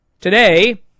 today